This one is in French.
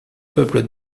peuple